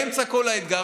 באמצע כל האתגר,